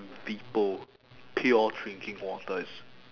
vepo pure drinking water is